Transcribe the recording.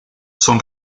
son